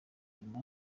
nyuma